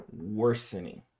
worsening